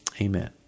Amen